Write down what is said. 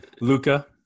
luca